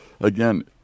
again